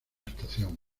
estación